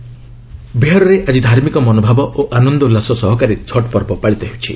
ବିହାର ଛଟ ବିହାରରେ ଆକ୍ଟି ଧାର୍ମିକ ମନୋଭାବ ଓ ଆନନ୍ଦ ଉଲ୍ଲାସ ସହକାରେ ଛଟ୍ ପର୍ବ ପାଳିତ ହେଉଛି